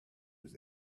was